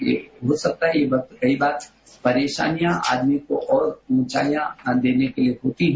ये हो सकता है ये वक्त कई बार परेशानियां आदमी को और ऊंचाइयां देने के लिए होती हैं